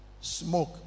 smoke